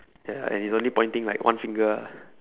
ya and he's only pointing like one finger